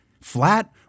Flat